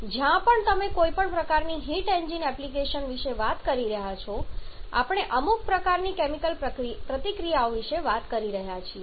અને તેથી જ્યાં પણ તમે કોઈપણ પ્રકારની હીટ એન્જિન એપ્લિકેશન વિશે વાત કરી રહ્યા છો આપણે અમુક પ્રકારની કેમિકલ પ્રતિક્રિયા વિશે વાત કરી રહ્યા છીએ